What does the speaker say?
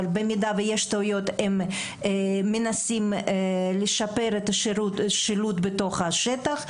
אבל במידה שיש טעויות הם מנסים לשפר את השילוט בשטח.